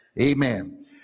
Amen